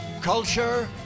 culture